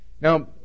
Now